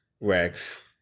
Rex